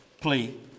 plea